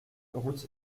route